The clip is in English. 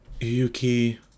Yuki